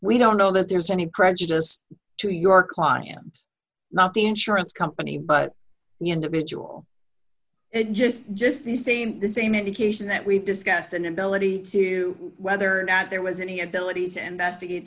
we don't know that there's any prejudice to your client not the insurance company but the individual it just just the same the same indication that we discussed an inability to whether or not there was any ability to investigate